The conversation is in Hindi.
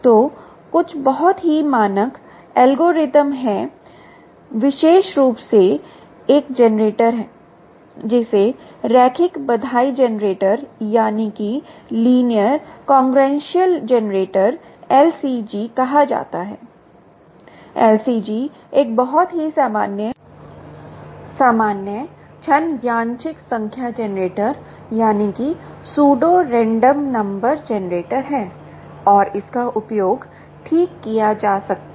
तो कुछ बहुत ही मानक एल्गोरिदम हैं विशेष रूप से एक जनरेटर है जिसे रैखिक बधाई जनरेटर LCG कहा जाता है LCG एक बहुत ही सामान्य छद्म यादृच्छिक संख्या जनरेटर है और इसका उपयोग ठीक किया जा सकता है